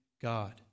God